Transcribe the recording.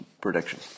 prediction